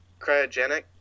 cryogenic